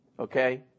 Okay